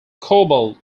cobalt